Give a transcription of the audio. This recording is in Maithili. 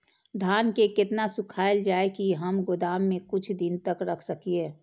धान के केतना सुखायल जाय की हम गोदाम में कुछ दिन तक रख सकिए?